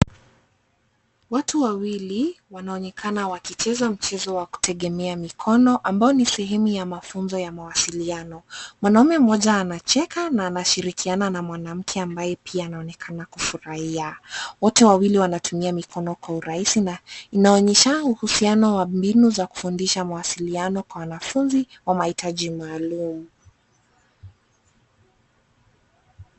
Watu wawili wanaonekana wakicheza mchezo wa kutegemea mikono ambao ni sehemu ya mafunzo ya mawasiliano. Mwanaume mmoja anacheka na anashirikiana na mwanamke ambaye pia anaonekana kufurahia. Wote wawili wanatumia mikono kwa urahisi na inaonyesha uhusiano wa mbinu za kufundisha mawasiliano kwa wanafunzi wa mahitaji maalum.